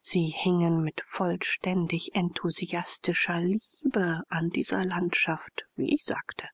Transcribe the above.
sie hingen mit vollständig enthusiastischer liebe an dieser landschaft wie ich sagte